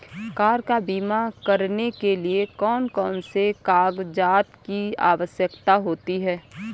Car का बीमा करने के लिए कौन कौन से कागजात की आवश्यकता होती है?